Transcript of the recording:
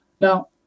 now